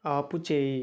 ఆపుచేయి